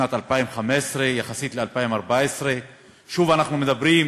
בשנת 2015, יחסית ל-2014, שוב אנחנו אומרים